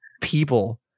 people